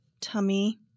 tummy